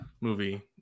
movie